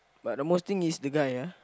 but the most thing is the guy ah